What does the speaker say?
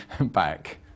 back